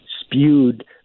spewed